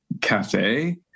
cafe